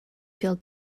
feel